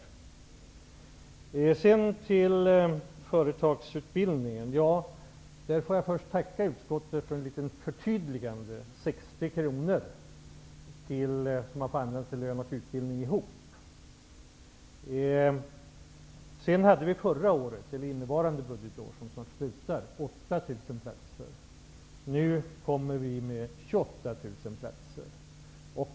Jag tackar utskottet för förtydligandet när det gäller bidraget om 60 kr till utbildning i företag. Bidraget bör alltså avse kostnader för lön och utbildning. Förra året, dvs. innevarande budgetår som snart är slut, hade vi 8 000 utbildningsplatser. Nu lägger regeringen fram förslag som innebär 28 000 platser.